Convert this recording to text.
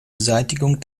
beseitigung